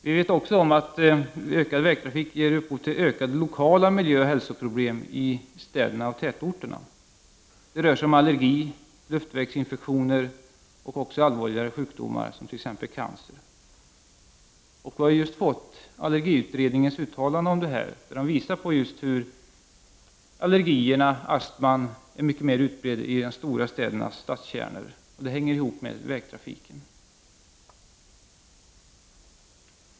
Vi vet också om att ökad vägtrafik ger upphov till ökade lokala miljöoch hälsoproblem i städerna och tätorterna. Det rör sig om allergi, luftvägsinfektioner och också allvarligare sjukdomar, t.ex. cancer. Vi har just fått allergiutredningens uttalande som visar på hur allergier och astma är mycket mera utbredda i de stora städernas stadskärnor och att detta hänger ihop med vägtrafiken.